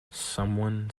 someone